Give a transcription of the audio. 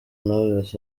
knowless